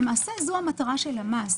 למעשה זו המטרה של המס.